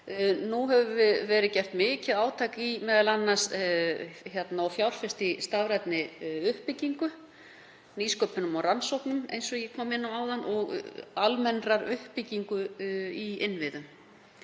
Nú hefur verið gert mikið átak og fjárfest í stafrænni uppbyggingu, nýsköpun og rannsóknum, eins og ég kom inn á áðan, og almennri uppbyggingu í innviðum.